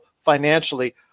financially